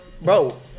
bro